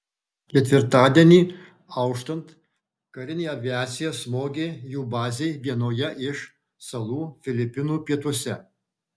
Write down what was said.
ketvirtadienį auštant karinė aviacija smogė jų bazei vienoje iš salų filipinų pietuose